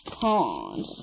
pond